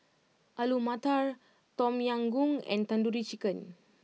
Alu Matar Tom Yam Goong and Tandoori Chicken